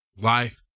Life